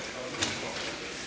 Hvala vam